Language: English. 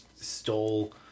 stole